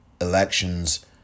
elections